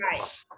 Right